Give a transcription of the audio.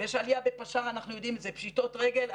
יש עלייה בפשיטות רגל.